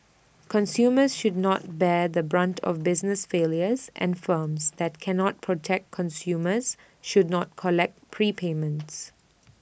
consumers should not bear the brunt of business failures and firms that cannot protect customers should not collect prepayments